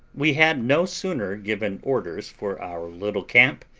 we had no sooner given orders for our little camp,